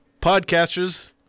podcasters